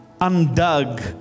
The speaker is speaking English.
undug